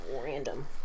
Random